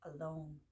alone